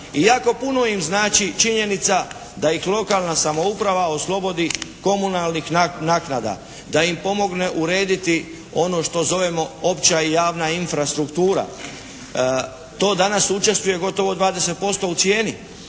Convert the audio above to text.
jako puno im znači činjenica da ih lokalna samouprava oslobodi komunalnih naknada, da im pomogne urediti ono što zovemo opća i javna infrastruktura. To danas učestvuje gotovo 20% u cijeni